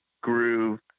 groove